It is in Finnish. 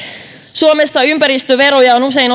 suomessa ympäristöveroja on usein